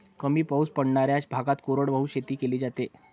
कमी पाऊस पडणाऱ्या भागात कोरडवाहू शेती केली जाते